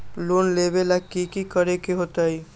Loan लेबे ला की कि करे के होतई?